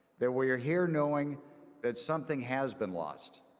that we are here knowing that something has been lost.